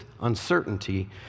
uncertainty